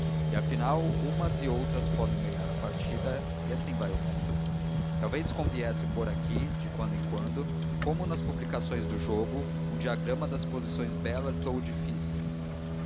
afinal umas e outras podem ganhar a partida e assim vai o mundo talvez conviesse pôr aqui de quando em quando como nas publicações do jogo um diagrama das posições belas ou difíceis